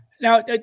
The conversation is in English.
Now